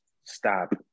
Stop